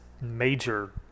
major